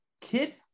Kit